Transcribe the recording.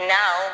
now